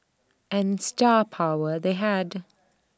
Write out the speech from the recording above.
and star power they had